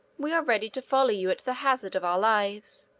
we are ready to follow you at the hazard of our lives,